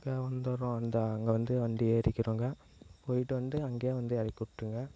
அங்கே வந்துடுறோம் இந்த அங்கே வந்து வண்டி ஏறிக்கிறோங்க போய்ட்டு வந்து அங்கேயே வந்து இறக்கிவுட்ருங்க